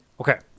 Okay